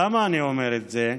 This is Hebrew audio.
למה אני אומר את זה?